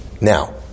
Now